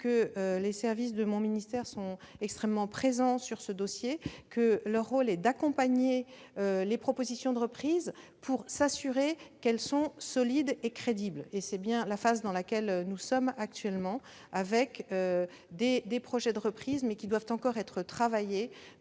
que les services de mon ministère sont extrêmement présents sur ce dossier. Leur rôle est d'accompagner les propositions de reprise, pour s'assurer qu'elles sont solides et crédibles. C'est bien la phase dans laquelle nous sommes actuellement, avec des projets de reprise qui doivent encore être travaillés,